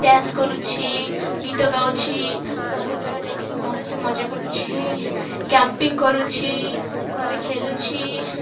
dance କରୁଛି ଗୀତ ଗାଉଛି ସବୁ ଜାଗା ଯାଇକିରି ମସ୍ତ୍ ମଜା କରୁଛି କ୍ୟାମ୍ପିଙ୍ଗ କରୁଛି ଘରେ ଖେଲୁଛି